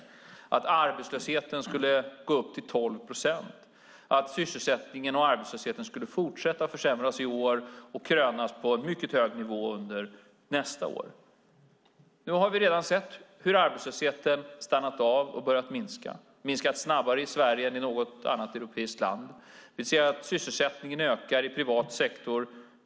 Vi befarade att arbetslösheten skulle gå upp till 12 procent och att sysselsättningen och arbetslösheten skulle fortsätta att försämras i år och krönas på en mycket hög nivå under nästa år. Nu har vi redan sett hur arbetslösheten har stannat av och börjat minska. Den har minskat snabbare i Sverige än i något annat europeiskt land. Vi ser att sysselsättningen ökar mycket kraftigt i privat sektor.